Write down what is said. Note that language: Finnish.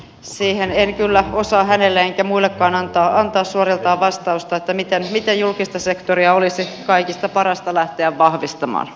siihen en kyllä osaa hänelle enkä muillekaan antaa suoriltaan vastausta miten julkista sektoria olisi kaikista parasta lähteä vahvistamaan